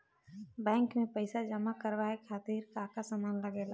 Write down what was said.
Bank में पईसा जमा करवाये खातिर का का सामान लगेला?